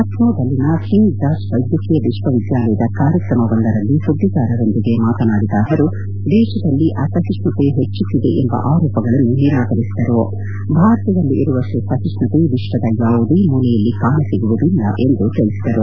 ಲಕ್ಷೋದಲ್ಲಿನ King George ವೈದ್ಯಕೀಯ ವಿಶ್ವವಿದ್ಯಾಲಯದ ಕಾರ್ಯಕ್ರಮವೊಂದರಲ್ಲಿ ಸುದ್ದಿಗಾರರೊಂದಿಗೆ ಮಾತನಾಡಿದ ಅವರು ದೇಶದಲ್ಲಿ ಅಸಹಿಮ್ಖತೆ ಹೆಚ್ಚುತ್ತಿದೆ ಎಂಬ ಆರೋಪಗಳನ್ನು ನಿರಾಕರಿಸಿದರು ಭಾರತದಲ್ಲಿರುವಷ್ಟು ಸಹಿಷ್ಣುತೆ ವಿಶ್ವದ ಯಾವುದೇ ಮೂಲೆಯಲ್ಲಿ ಕಾಣಸಿಗುವುದಿಲ್ಲ ಎಂದು ತಿಳಿಸಿದರು